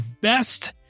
Best